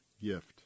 gift